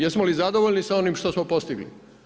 Jesmo li zadovoljni sa onim što smo postigli?